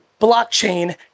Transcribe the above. blockchain